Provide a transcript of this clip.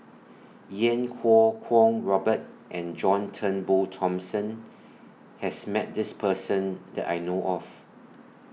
Yan Kuo Kwong Robert and John Turnbull Thomson has Met This Person that I know of